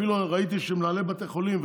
אפילו ראיתי שמנהלי בתי חולים,